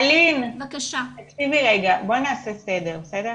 אלין, אני רוצה לעשות סדר.